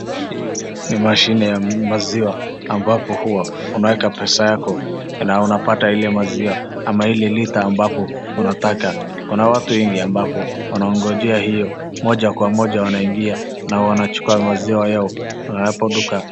Hii ni mashine ya maziwa ambapo huwa unaweka pesa yako na unapata ile maziwa ama ile litre ambayo unataka. Kuna watu wengi ambao wanangojea iyo. Moja kwa moja wanaingia na wanachukua maziwa yao hapo kwa duka.